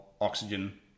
oxygen